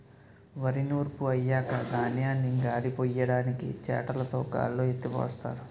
వరి నూర్పు అయ్యాక ధాన్యాన్ని గాలిపొయ్యడానికి చేటలుతో గాల్లో ఎత్తిపోస్తారు